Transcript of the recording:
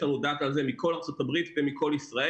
יש לנו על זה דאטה מכל ארצות הברית ומכל ישראל,